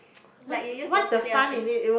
like you use those clear tape